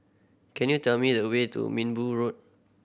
can you tell me the way to Minbu Road